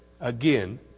again